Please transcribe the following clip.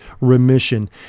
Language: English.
remission